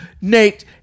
nate